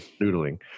Noodling